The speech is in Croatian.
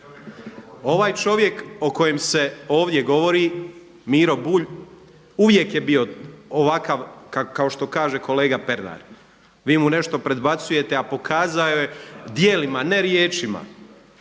ovaj čovjek o kojem se ovdje govori Miro Bulj uvijek je bio ovakav kao što kaže kolega Pernar. Vi mu nešto predbacujete a pokazao je djelima ne riječima